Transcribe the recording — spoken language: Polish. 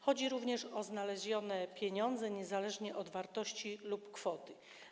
Chodzi również o znalezione pieniądze, niezależnie od wartości lub kwoty.